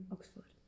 Oxford